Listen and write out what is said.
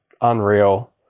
unreal